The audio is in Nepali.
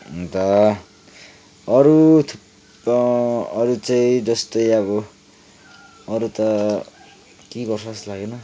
अन्त अरू अरू चाहिँ जस्तै अब अरू त केही गर्छ जस्तो लागेन